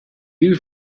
you